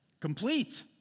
Complete